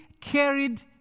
carried